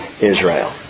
Israel